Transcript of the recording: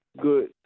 good